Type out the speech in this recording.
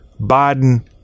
biden